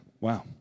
Wow